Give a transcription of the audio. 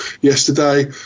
yesterday